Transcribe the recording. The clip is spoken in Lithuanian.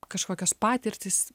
kažkokios patirtys